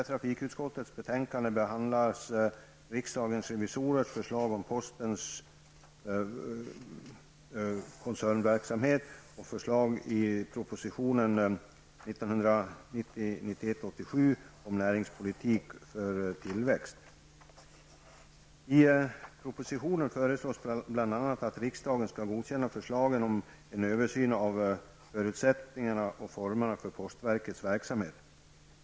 I trafikutskottets betänkande behandlas riksdagens revisorers förslag om postens koncernverksamhet och förslagen i proposition I propositionen föreslås bl.a. riksdagen skall godkänna förslagen om en översyn av förutsättningarna och formerna för postverkets verksamhet.